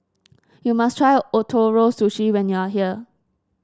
you must try Ootoro Sushi when you are here